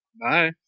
Bye